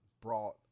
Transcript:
brought